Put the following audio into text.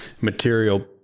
material